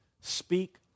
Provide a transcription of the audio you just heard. speak